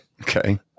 Okay